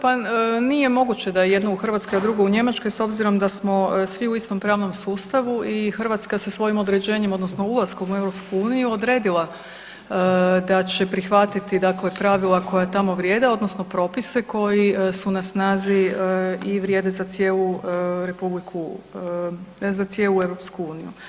Pa nije moguće da je jedno u Hrvatskoj, a drugo u Njemačkoj s obzirom da smo svi u istom pravnom sustavu i Hrvatska se svojim određenjem, odnosno ulaskom u EU odredila da će prihvatiti dakle, pravila koja tamo vrijede, odnosno propise koji su na snazi i vrijede za cijelu republiku, za cijelu EU.